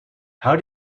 how